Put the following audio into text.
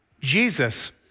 Jesus